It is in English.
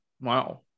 Wow